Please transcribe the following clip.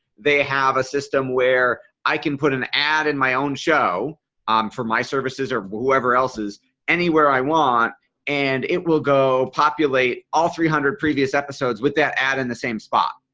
they have a system where i can put an ad in my own show for my services or whoever else is anywhere i want and it will go populate all three hundred previous episodes with that ad in the same spot.